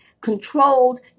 controlled